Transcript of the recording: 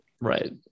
Right